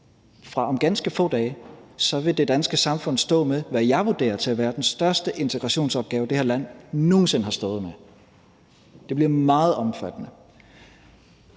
Fra om ganske få dage vil det danske samfund stå med, hvad jeg vurderer til at være den største integrationsopgave, det her land nogen sinde har stået med. Det bliver meget omfattende.